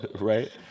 right